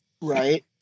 Right